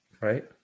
Right